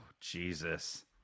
Jesus